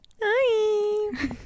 Hi